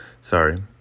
sorry